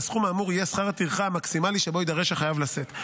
והסכום האמור יהיה שכר הטרחה המקסימלי שבו יידרש החייב לשאת.